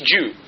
Jew